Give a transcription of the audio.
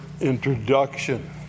introduction